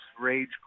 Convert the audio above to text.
rage